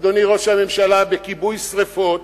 אדוני ראש הממשלה, בכיבוי שרפות,